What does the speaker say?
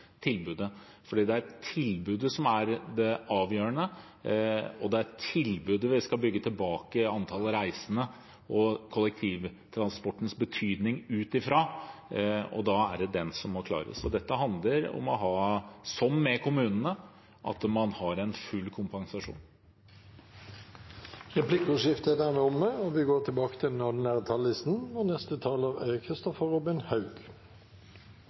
tilbudet, for det er tilbudet som er det avgjørende. Det er tilbudet vi skal få bygget tilbake antallet reisende og kollektivtransportens betydning ut fra, og da må den klare seg. Dette handler om, som med kommunene, at man har en full kompensasjon. Replikkordskiftet er dermed omme. Jeg vil starte med å takke SV for de gjennomslagene de har fått til